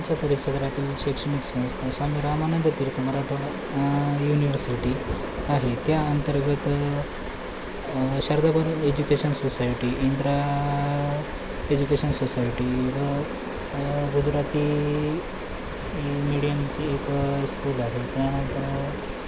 आमच्या परिसरातील शैक्षणिक संस्था स्वामी रामानंद तीर्थ मराठवाडा युनिव्हर्सिटी आहे त्या अंतर्गत Shardabhar education society Indra education society व गुजराती मिडियमची एक स्कूल आहे त्यानंतर